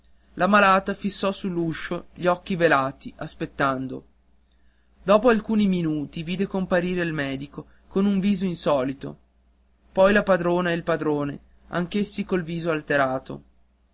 la malata fissò sull'uscio gli occhi velati aspettando dopo alcuni minuti vide comparire il medico con un viso insolito poi la padrona e il padrone anch'essi col viso alterato